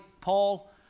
Paul